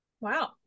Wow